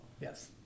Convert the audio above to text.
Yes